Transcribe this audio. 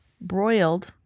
broiled